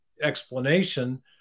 explanation